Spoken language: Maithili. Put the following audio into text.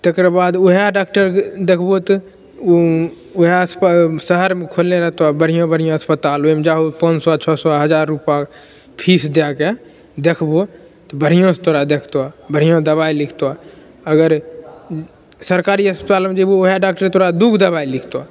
तेकरबाद ओहए डाक्टर जे देखबहो तऽ ओहए स पर शहरमे खोलने रहतऽ बढ़िआँ बढ़िआँ अस्पताल ओहिमे जाहो पाँच सए छओ हजार रुपा फीस दएके देखभो तऽ बढ़िआँ से तोरा देखतो बढ़िआँ दबाइ लिखतो अगर सरकारी अस्पतालमे जेबहो ओहए डाक्टर तोरा दू गो दबाइ लिखतो